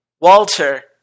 Walter